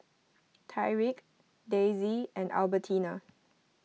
Tyrik Daisy and Albertina